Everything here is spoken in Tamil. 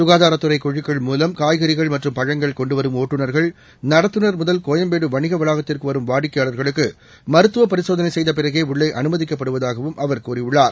சுகாதாரத்துறை குழுக்கள் மூலம் காய்கறிகள் மற்றம் பழங்கள் கொண்டு வரும் ஒட்டுநர்கள் நடத்துனர் முதல் கோயம்பேடு வணிக வளாகத்துக்கு வரும் வாடிக்கையாளர்களுக்கு மருத்துவ பரிசோதனை செய்த பிறகே உள்ளே அனுமதிக்கப்படுவதாகவும் அவர் கூறியுள்ளார்